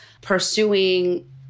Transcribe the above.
pursuing